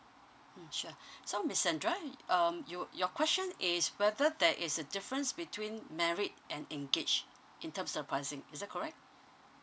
mm sure so miss andra um you your question is whether there is a difference between married and engage in terms of housing is that correct